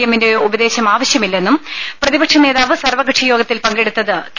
എമ്മിന്റെയോ ഉപദേശം ആവശ്യമില്ലെന്നും പ്രതിപക്ഷനേതാവ് സർവ്വകക്ഷിയോഗത്തിൽ പങ്കെടുത്തത് കെ